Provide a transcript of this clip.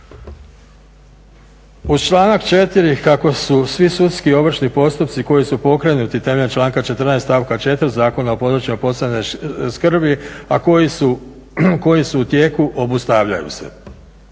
Uz članak 4. kako su svi sudski ovršni postupci koji su pokrenuti temeljem članka 14., stavka 4 Zakona o područjima posebne skrbi, a koji su u tijeku, obustavljaju se.